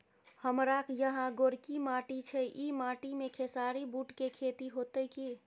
हमारा यहाँ गोरकी माटी छै ई माटी में खेसारी, बूट के खेती हौते की?